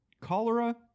cholera